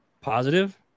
positive